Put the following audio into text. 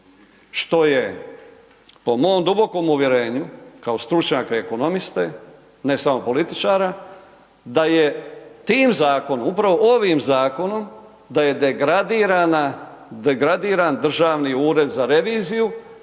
što je po mom dubokom uvjerenju kao stručnjaka ekonomiste, ne samo političara da je tim zakonom, upravo ovim zakonom da je degradiran Državni ured za reviziju